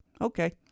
okay